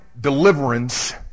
deliverance